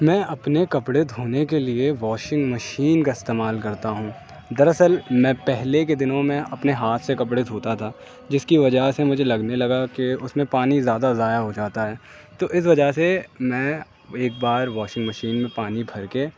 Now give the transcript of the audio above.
میں اپنے کپڑے دھونے کے لیے واشنگ مشین کا استعمال کرتا ہوں دراصل میں پہلے کے دنوں میں اپنے ہاتھ سے کپڑے دھوتا تھا جس کی وجہ سے مجھے لگنے لگا کہ اس میں پانی زیادہ ضائع ہو جاتا ہے تو اس وجہ سے میں ایک بار واشنگ مشین میں پانی بھر کے